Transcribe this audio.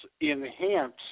enhance